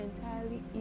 entirely